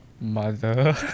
Mother